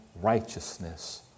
righteousness